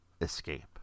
Escape